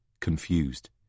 confused